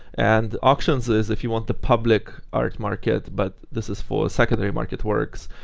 and auctions is if you want the public art market, but this is for secondary market works,